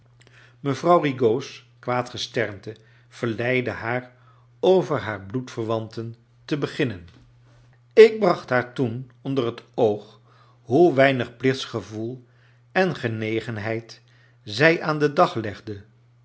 mevrouw rigaud's kwaad gesternte verleidde haar over haar bloe dver wan ten kleine dorrit te beginnen ik bracht haar toen onder het oog hoe weinig plichtsgevoel en genegenheid zij aan den dag legde